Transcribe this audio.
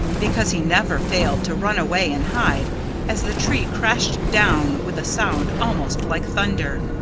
because he never failed to run away and hide as the tree crashed down with a sound almost like thunder.